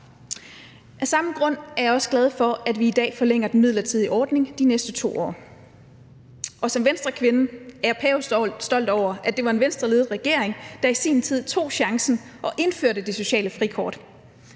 Af samme grund er jeg også glad for, at vi i dag forlænger den midlertidige ordning de næste 2 år. Som Venstrekvinde er jeg pavestolt over, at det var en Venstreledet regering, der i sin tid tog chancen og indførte det sociale frikort.